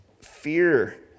Fear